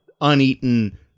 uneaten